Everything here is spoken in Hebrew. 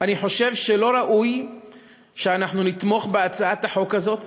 אני חושב שלא ראוי שאנחנו נתמוך בהצעת החוק הזאת.